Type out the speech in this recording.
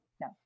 No